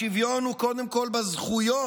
השוויון הוא קודם כול בזכויות,